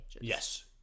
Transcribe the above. Yes